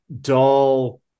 dull